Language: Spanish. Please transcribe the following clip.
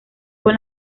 con